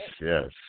Yes